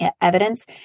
evidence